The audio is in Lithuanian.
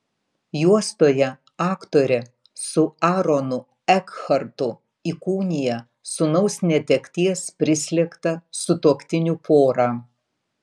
juostoje aktorė su aronu ekhartu įkūnija sūnaus netekties prislėgtą sutuoktinių porą